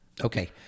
Okay